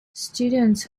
students